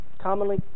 commonly